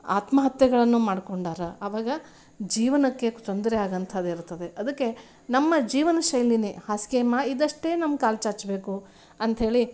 ಆತ್ಮಹತ್ಯೆಗಳನ್ನು ಮಾಡ್ಕೊಂಡಾರ ಅವಾಗ ಜೀವನಕ್ಕೆ ತೊಂದರೆ ಆಗಂಥದಿರ್ತದೆ ಅದಕ್ಕೆ ನಮ್ಮ ಜೀವನ ಶೈಲಿಯೇ ಹಾಸಿಗೆಮಾ ಇದ್ದಷ್ಟೇ ನಮ್ಮ ಕಾಲು ಚಾಚಬೇಕು ಅಂಥೇಳಿ